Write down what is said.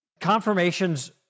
Confirmations